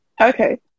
Okay